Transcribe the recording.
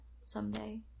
Someday